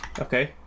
okay